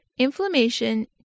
inflammation